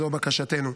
זו בקשתנו.